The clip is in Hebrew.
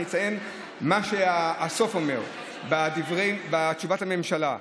אני אציין מה שנאמר בסוף בתשובת הממשלה: